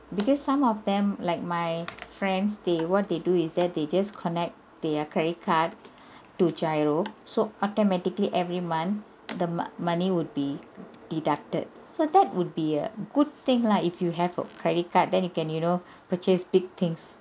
because some of them like my friends they what they do is that they just connect their credit card to GIRO so automatically every month the mo~ money would be deducted so that would be a good thing lah if you have a credit card then you can you know purchase big things